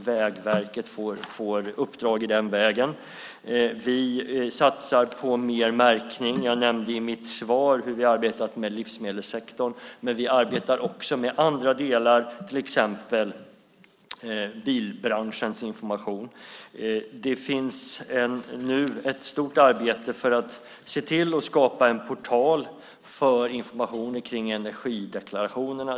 Vägverket får uppdrag i den vägen. Vi satsar på mer märkning. Jag nämnde i mitt svar hur vi arbetat med livsmedelssektorn, men vi arbetar också med andra delar, till exempel bilbranschens information. Det sker nu ett stort arbete för att skapa en portal för information kring energideklarationerna.